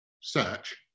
search